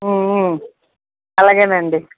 అలాగేనండి